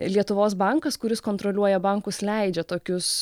lietuvos bankas kuris kontroliuoja bankus leidžia tokius